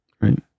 Right